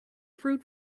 fruit